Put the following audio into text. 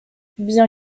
bien